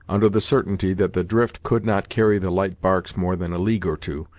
under the certainty that the drift could not carry the light barks more than a league or two,